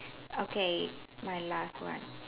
okay my last one